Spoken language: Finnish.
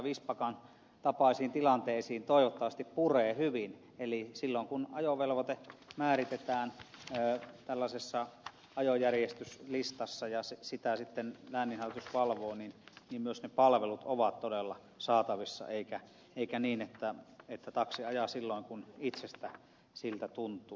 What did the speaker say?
vistbackan tapaisiin tilanteisiin toivottavasti puree hyvin eli silloin kun ajovelvoite määritetään tällaisessa ajojärjestyslistassa ja sitä sitten lääninhallitus valvoo myös ne palvelut ovat todella saatavissa eikä ole niin että taksi ajaa silloin kun itsestä siltä tuntuu